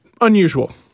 unusual